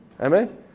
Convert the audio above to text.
Amen